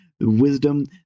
wisdom